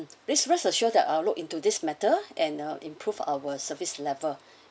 please rest assured that I'll look into this matter and I'll improve our service level